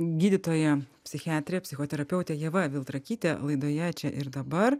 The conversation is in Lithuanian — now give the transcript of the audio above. gydytoja psichiatrė psichoterapeutė ieva viltrakytė laidoje čia ir dabar